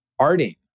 arting